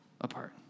apart